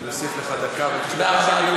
אני אוסיף לך דקה, אבל תדבר דברי טעם.